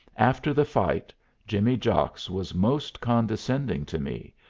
after the fight jimmy jocks was most condescending to me,